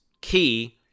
key